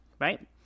right